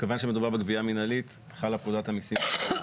מכיוון שמדובר בגבייה מינהלית חלה פקודת המסים (גבייה).